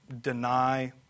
deny